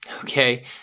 Okay